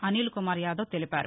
అనిల్కుమార్ యాదవ్ తెలిపారు